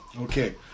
Okay